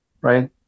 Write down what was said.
right